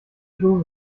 dose